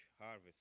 harvest